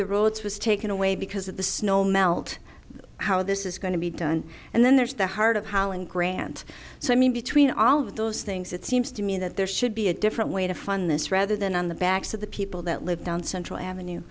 the roads was taken away because of the snow melt how this is going to be done and then there's the heart of holland grant so i mean between all of those things it seems to me that there should be a different way to fund this rather than on the backs of the people that live down central avenue